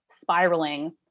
spiraling